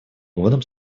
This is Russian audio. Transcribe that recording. годом